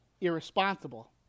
irresponsible